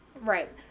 Right